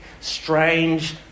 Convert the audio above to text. strange